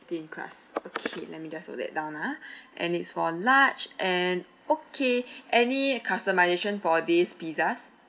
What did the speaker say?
thin crust okay let me just note that down ah and it's for large and okay any customisation for these pizzas